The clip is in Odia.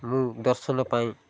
ମୁଁ ଦର୍ଶନ ପାଇଁ